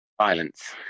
violence